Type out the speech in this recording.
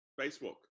Facebook